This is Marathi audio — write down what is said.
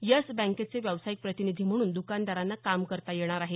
यस बँकेचे व्यावसायिक प्रतिनिधी म्हणून दुकानदारांना काम करता येणार आहे